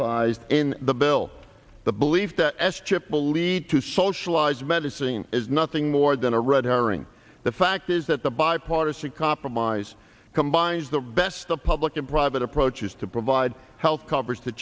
incentivized in the bill the belief that s chip will lead to socialized medicine is nothing more than a red herring the fact is that the bipartisan compromise combines the best of public and private approaches to provide health coverage t